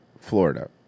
Florida